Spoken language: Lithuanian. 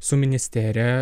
su ministerija